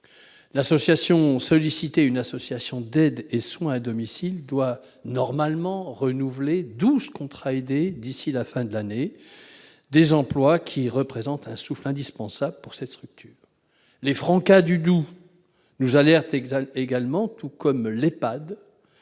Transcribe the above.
L'association Soli-cités, une association d'aide et de soins à domicile, doit normalement renouveler douze contrats aidés d'ici à la fin de l'année, des emplois qui représentent un souffle indispensable pour cette structure. Les Francas du Doubs nous alertent également, tout comme